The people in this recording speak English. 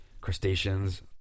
crustaceans